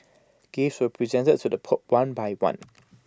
gifts were presented to the pope one by one